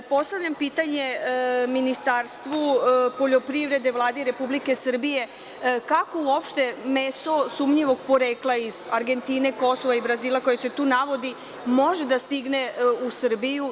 Postavljam pitanje Ministarstvu poljoprivrede, Vladi Republike Srbije kako uopšte meso sumnjivog porekla iz Argentine, Kosova i Brazila koje se tu navodi može da stigne u Srbiju?